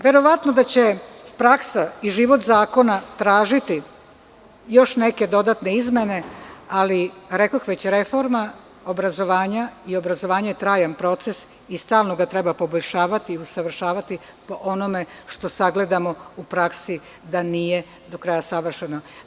Verovatno da će praksa i život zakona tražiti još neke dodatne izmene, ali rekoh već reforma obrazovanja i obrazovanje je trajan proces i stalno ga treba poboljšavati, usavršavati po onome što sagledamo u praksi da nije do kraja savršeno.